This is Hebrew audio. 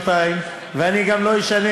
אדוני השר להגנת